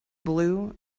blue